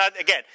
Again